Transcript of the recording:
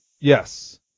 Yes